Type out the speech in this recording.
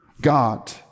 God